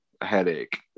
Headache